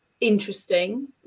interesting